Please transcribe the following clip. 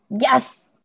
yes